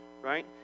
right